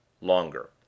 Longer